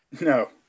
No